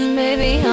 baby